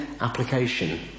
application